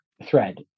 thread